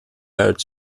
barrett